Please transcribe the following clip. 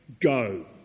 go